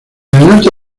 norte